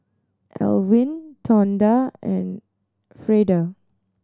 Elwin Tonda and Freida